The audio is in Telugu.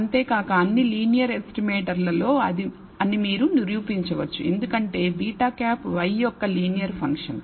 అంతేకాక అన్ని లీనియర్ ఎస్టిమేటర్లలో అని మీరు చూపించవచ్చు ఎందుకంటే β̂ y యొక్క లీనియర్ ఫంక్షన్